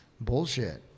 bullshit